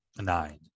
nine